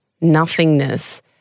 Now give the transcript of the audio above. nothingness